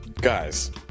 Guys